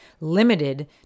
limited